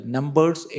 Numbers